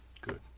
Good